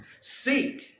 Seek